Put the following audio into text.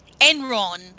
Enron